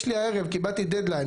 קיבלתי דד-ליין,